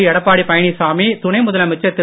எடப்பாடி பழனிசாமி துணை முதலமைச்சர் திரு